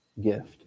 gift